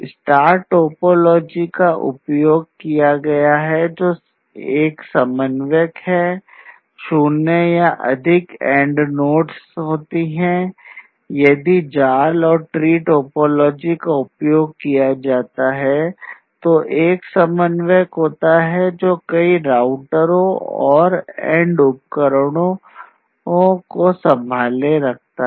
star topology का उपयोग किया गया है और एक समन्वयक है शून्य या अधिक एंड उपकरणों को संभाले रखता है